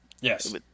Yes